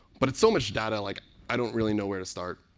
but it's so much data. like i don't really know where to start.